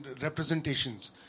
representations